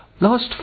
Last